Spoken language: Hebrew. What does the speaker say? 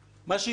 מה שיקרה